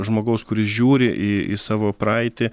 žmogaus kuris žiūri į į savo praeitį